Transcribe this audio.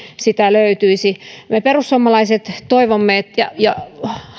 sitä sitten löytyisi me perussuomalaiset toivomme ja ja